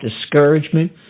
discouragement